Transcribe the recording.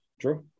true